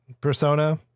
persona